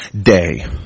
day